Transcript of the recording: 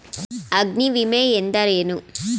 ಅಗ್ನಿವಿಮೆ ಎಂದರೇನು?